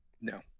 No